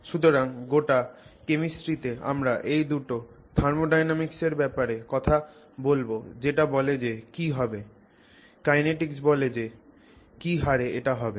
সুতরাং গোটা কেমিস্ট্রিতে আমরা এই দুটো থার্মোডায়নামিক্স এর ব্যাপারে কথা বলবো যেটা বলে যে কি হবে কাইনেটিক্স বলে যে কি হারে এটা হবে